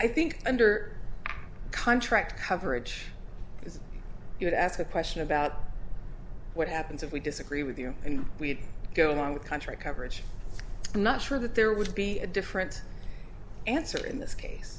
i think under contract coverage if you ask a question about what happens if we disagree with you and we go along with country coverage i'm not sure that there would be a different answer in this case